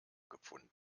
gefunden